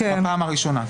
בפעם הראשונה.